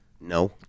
No